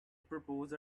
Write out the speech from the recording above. propose